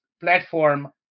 platform